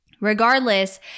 Regardless